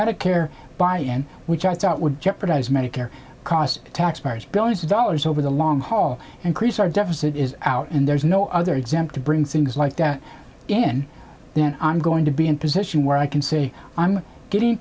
medicare buy in which i thought would jeopardize medicare cost taxpayers billions of dollars over the long haul and chris our deficit is out and there's no other example to bring things like that in then i'm going to be in position where i can say i'm getting